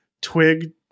twig